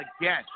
again